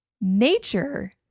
Nature